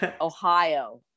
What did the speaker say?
ohio